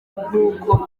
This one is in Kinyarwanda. nk’uko